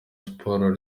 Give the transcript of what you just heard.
sports